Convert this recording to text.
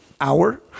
hour